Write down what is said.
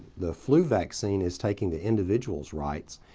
the flu vaccine is taking the individual's rights,